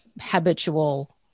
habitual